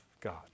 God